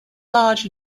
large